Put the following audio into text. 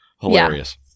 hilarious